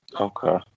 Okay